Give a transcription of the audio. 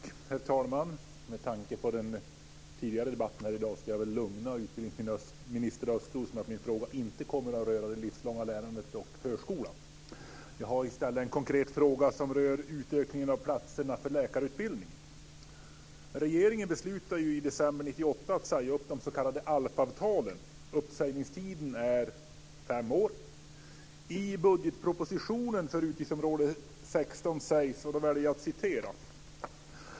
Herr talman! Med tanke på den tidigare debatten här i dag ska jag lugna utbildningsminister Östros med att min fråga inte kommer att röra det livslånga lärandet och förskolan. Jag har i stället en konkret fråga som rör utökningen av platserna i läkarutbildningen. Regeringen beslutade i december 1998 att säga upp de s.k. ALF-avtalen. Uppsägningstiden är fem år.